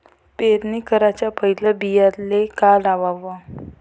पेरणी कराच्या पयले बियान्याले का लावाव?